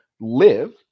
live